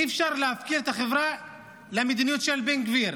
אי-אפשר להפקיר את החברה למדיניות של בן גביר